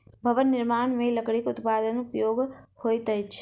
भवन निर्माण मे लकड़ीक उत्पादक उपयोग होइत अछि